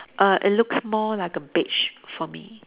err it looks more like a beige for me